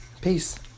peace